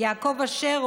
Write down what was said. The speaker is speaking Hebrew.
יעקב אשר,